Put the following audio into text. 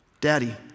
daddy